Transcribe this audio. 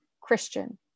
Christian